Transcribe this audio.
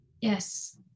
Yes